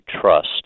trust